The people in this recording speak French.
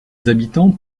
habitants